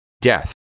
death